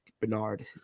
Bernard